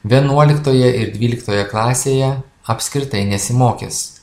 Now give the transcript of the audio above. vienuoliktoje ir dvyliktoje klasėje apskritai nesimokys